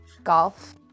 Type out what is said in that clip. golf